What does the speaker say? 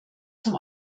zum